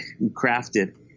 crafted